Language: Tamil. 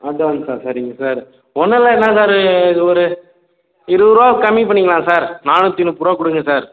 அட்வான்ஸா சரிங்க சார் ஒன்றுல்ல என்ன சார் இது ஒரு இருபது ரூபா கம்மி பண்ணிக்கலாம் சார் நாநூற்றி முப்பதுரூவா கொடுங்க சார்